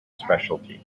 specialty